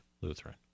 Lutheran